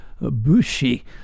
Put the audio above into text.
Bushi